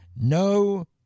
No